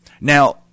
Now